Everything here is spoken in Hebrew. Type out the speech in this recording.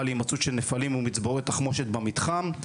להימצאות של נפלים ומצבורת תחמושת במתחם,